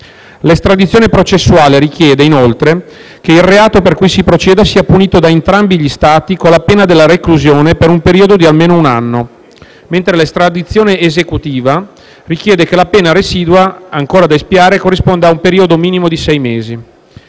L'estradizione processuale richiede, inoltre, che il reato per cui si proceda sia punito da entrambi gli Stati con la pena della reclusione per un periodo di almeno un anno, mentre l'estradizione esecutiva richiede che la pena residua ancora da espiare corrisponda a un periodo minimo di sei mesi.